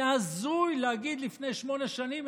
זה הזוי להגיד את זה לפני שמונה שנים.